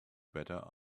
better